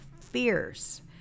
fierce